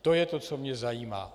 To je to, co mě zajímá.